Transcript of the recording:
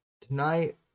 tonight